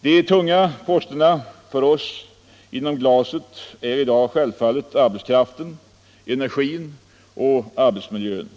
De tunga posterna på kostnadssidan för oss inom glasbruken är i dag självfallet arbetskraften, energin och arbetsmiljön.